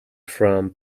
from